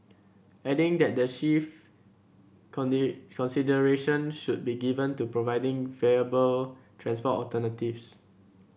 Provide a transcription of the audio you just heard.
adding that the chief consideration should be given to providing viable transport alternatives